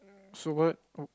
so what